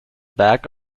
back